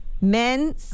men